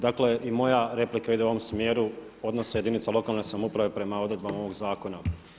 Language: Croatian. Dakle i moja replika ide u onom smjeru odnosa jedinica lokalne samouprave prema odredbama ovog zakona.